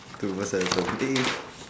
tu pasal kau putih